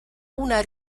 una